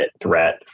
threat